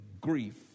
grief